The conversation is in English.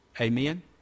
Amen